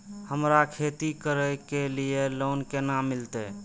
हमरा खेती करे के लिए लोन केना मिलते?